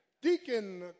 Deacon